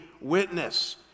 witness